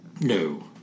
no